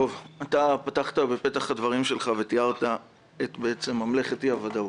אתה פתחת בפתח הדברים שלך ותיארת את ממלכת אי הוודאות.